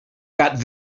gat